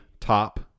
top